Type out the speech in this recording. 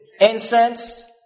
Incense